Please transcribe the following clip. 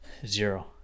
Zero